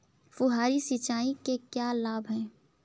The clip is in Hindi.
फुहारी सिंचाई के क्या लाभ हैं?